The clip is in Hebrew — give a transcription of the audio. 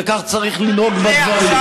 וכך צריך לנהוג בדברים.